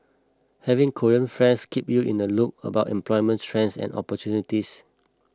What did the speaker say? having Korean friends keep you in the loop about employment trends and opportunities